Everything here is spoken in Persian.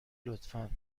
لطفا